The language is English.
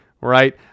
Right